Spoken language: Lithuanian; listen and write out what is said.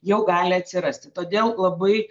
jau gali atsirasti todėl labai